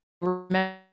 remember